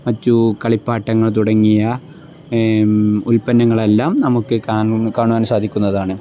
മറ്റു കളിപ്പാട്ടങ്ങൾ തുടങ്ങിയ ഉൽപ്പന്നങ്ങളെല്ലാം നമുക്ക് കാണുവാൻ സാധിക്കുന്നതാണ്